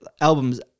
albums